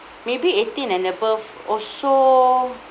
maybe eighteen and above or so